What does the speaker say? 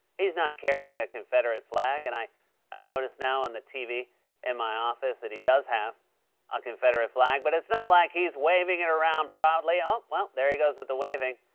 he's not carrying a confederate flag. and i i notice now on the tv in my office that he does have a confederate flag. but it's not like he's waving it around proudly. oh, well, there he goes with the waving.